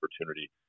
opportunity